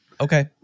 Okay